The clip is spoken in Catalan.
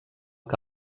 que